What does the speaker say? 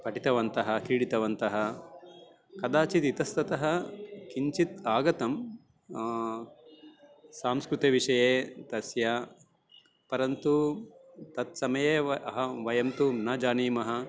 पठितवन्तः क्रीडितवन्तः कदाचित् इतस्ततः किञ्चित् आगतं सांस्कृतिकविषये तस्य परन्तु तत्समये वा अह वयं तु न जानीमः